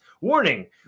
Warning